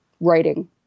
writing